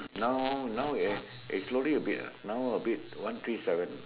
now now uh slowly a bit ah now a bit one three seven